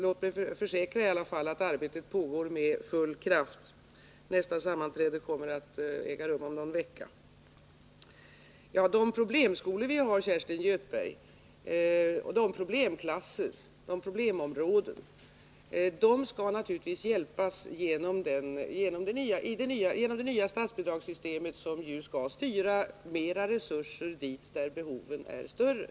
Låt mig i alla fall försäkra att arbetet pågår med full kraft. Nästa sammanträde kommer att äga rum om någon vecka. De problemklasser, problemskolor och problemområden som vi har skall naturligtvis få hjälp genom det nya statsbidragssystemet, som skall styra mer resurser dit där behoven är större.